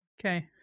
Okay